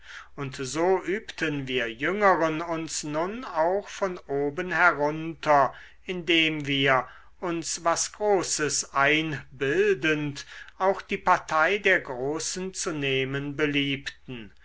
und so übten wir jüngeren uns nun auch von oben herunter indem wir uns was großes einbildend auch die partei der großen zu nehmen beliebten